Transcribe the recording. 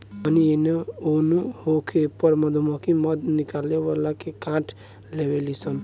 तानियो एने ओन होखे पर मधुमक्खी मध निकाले वाला के काट लेवे ली सन